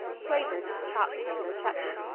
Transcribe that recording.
flavored with chopped mango chutney.